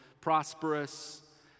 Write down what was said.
prosperous